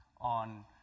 on